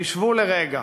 חשבו לרגע,